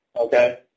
Okay